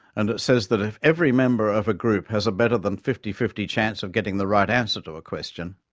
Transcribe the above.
and it says that if every member of a group has a better than fifty fifty chance of getting the right answer to a question,